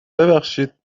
ببخشید